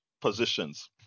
positions